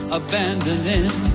abandoning